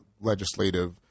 legislative